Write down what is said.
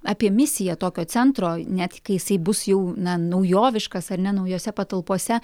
apie misiją tokio centro net kai jisai bus jau na naujoviškas ar ne naujose patalpose